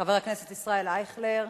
חבר הכנסת ישראל אייכלר,